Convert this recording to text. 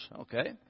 Okay